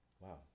Wow